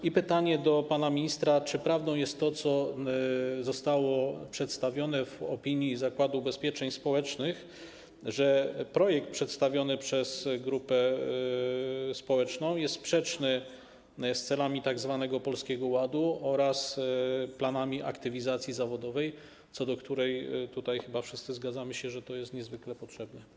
I pytanie do pana ministra: Czy prawdą jest to, co zostało przedstawione w opinii Zakładu Ubezpieczeń Społecznych, że projekt przedstawiony przez grupę społeczną jest sprzeczny z celami tzw. Polskiego Ładu oraz planami aktywizacji zawodowej, co do której chyba wszyscy się tutaj zgadzamy, że jest to niezwykle potrzebne?